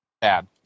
Bad